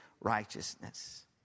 righteousness